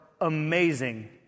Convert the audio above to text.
amazing